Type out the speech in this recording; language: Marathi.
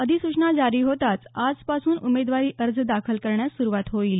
अधिसूचना जारी होताचं आजपासून उमेदवारी अर्ज दाखल करण्यास सुरुवात होईल